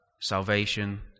salvation